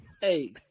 Hey